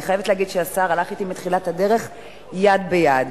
אני חייבת להגיד שהשר הלך אתי מתחילת הדרך יד ביד,